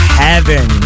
heaven